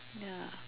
ya